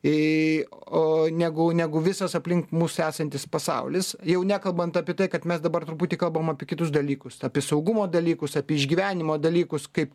į o negu negu visas aplink mus esantis pasaulis jau nekalbant apie tai kad mes dabar truputį kalbam apie kitus dalykus apie saugumo dalykus apie išgyvenimo dalykus kaip